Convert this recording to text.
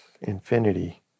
infinity